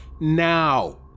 now